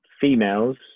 females